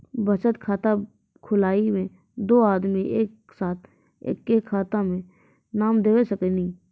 बचत खाता खुलाए मे दू आदमी एक साथ एके खाता मे नाम दे सकी नी?